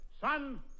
son